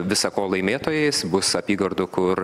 visa ko laimėtojais bus apygardų kur